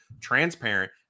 transparent